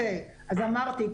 אז אמרתי,